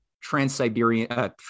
trans-Siberian